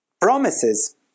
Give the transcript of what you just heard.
promises